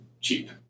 cheap